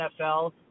NFL